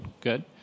good